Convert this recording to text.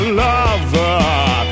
lover